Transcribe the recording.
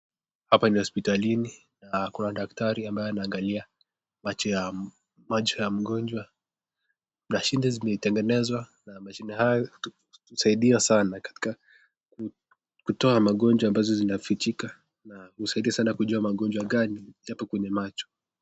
Hapa ni hospitalini na kuna daktari ambaye anaangalia macho ya mgonjwa, mashini yametengenezwa na mashini hayo husaidia sana katika kutoa magonjwa ambazo zinafijika na husaidia sana kujua magonjwa gani yapo kwenye macho.